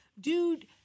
Dude